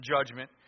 judgment